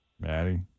Maddie